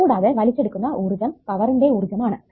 കൂടാതെ വലിച്ചെടുക്കുന്ന ഊർജ്ജം പവറിന്റെ ഊർജ്ജം ആണ്